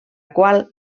qual